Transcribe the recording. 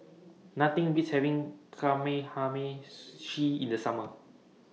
Nothing Beats having in The Summer